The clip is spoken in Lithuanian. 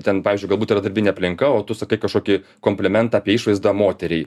ten pavyzdžiui galbūt yra darbinė aplinka o tu sakai kažkokį komplimentą apie išvaizdą moteriai